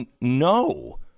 no